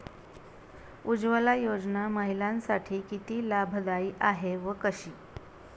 उज्ज्वला योजना महिलांसाठी किती लाभदायी आहे व कशी?